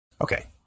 Okay